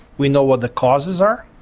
we know what the causes are,